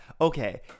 Okay